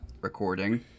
recording